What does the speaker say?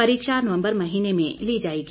परीक्षा नवम्बर महीने में ली जाएगी